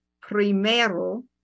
primero